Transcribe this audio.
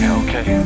okay